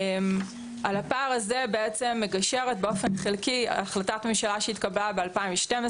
על הפער הזה מגשרת באופן חלקי החלטת הממשלה שהתקבלה ב-2012,